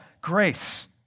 grace